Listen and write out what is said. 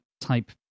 type